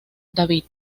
david